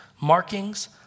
markings